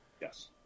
Yes